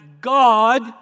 God